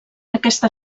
aquesta